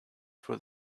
for